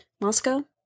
Moscow